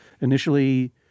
Initially